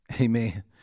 Amen